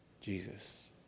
Jesus